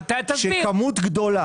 שכמות גדולה,